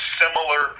similar